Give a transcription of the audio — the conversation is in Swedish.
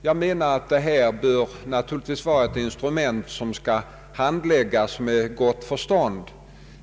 Jag menar att samrådet bör vara ett instrument som skall handläggas med gott förstånd.